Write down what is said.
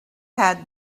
had